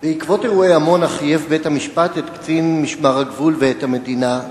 בעקבות אירועי עמונה חייב בית-המשפט את קצין משמר הגבול ואת המדינה,